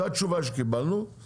זו התשובה שקיבלנו,